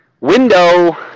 window